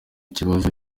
ikibazo